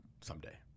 Someday